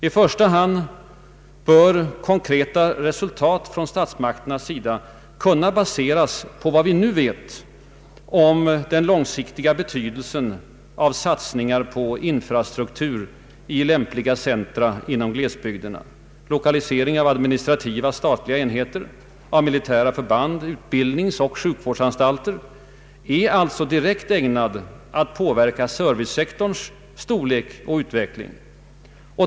I första hand bör konkreta resultat från statsmakternas sida kunna baseras på vad vi nu vet om den långsiktiga betydelsen av satsningar på infrastruktur i lämpliga centra inom glesbygderna. Lokalisering av administrativa statliga enheter, av militära förband, utbildningsoch sjukvårdsanstalter är alltså direkt ägnad att påverka servicesektorns storlek och utveckling.